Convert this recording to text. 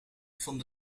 van